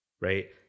right